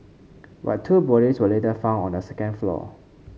but two bodies were later found on the second floor